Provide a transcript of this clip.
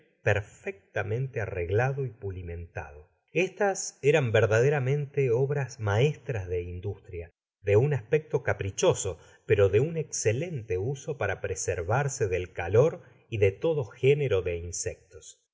perfectamente arreglado y pulimentado estas eran verdaderamente obras maestras de industria de ua aspee to caprichoso pero de un escelente uso para preservarse del calor y de todo genero de insectos